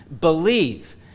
believe